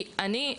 אני,